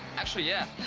actually, yeah